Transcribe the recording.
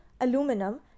aluminum